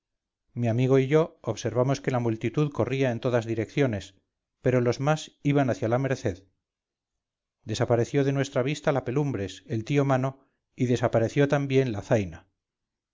mi amigo y yo observamos que la multitud corría en todas direcciones pero los más iban hacia la merced desapareció de nuestra vista la pelumbres el tío mano y desapareció también la zaina